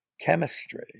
chemistry